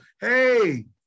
Hey